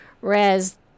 Whereas